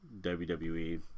WWE